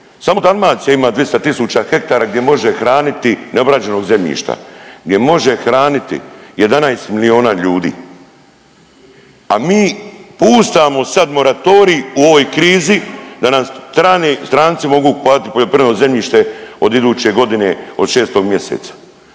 samo Dalmacija ima 200 tisuća hektara gdje može hraniti, neobrađenog zemljišta, gdje može hraniti 11 milijuna ljudi, a mi puštamo sad moratorij u ovoj krizi da nam strani, stranci mogu kupovati poljoprivredno zemljište od iduće godine od 6 mjeseca.